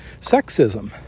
sexism